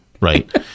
right